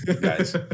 guys